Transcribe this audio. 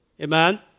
Amen